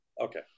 okay